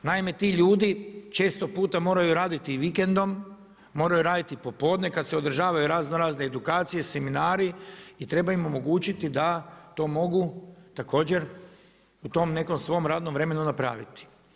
Naime ti ljudi često puta moraju radit vikendom, moraju raditi popodne kad se održavaju razno razne edukacije, seminari i treba im omogućiti da to mogu također u tom nekom svom radnom vremenu napraviti.